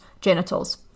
genitals